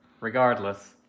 Regardless